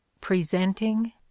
presenting